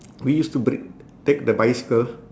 we used to break take the bicycle